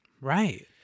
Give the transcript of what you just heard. right